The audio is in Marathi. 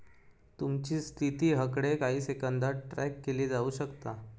तुमची स्थिती हकडे काही सेकंदात ट्रॅक केली जाऊ शकता